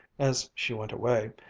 as she went away,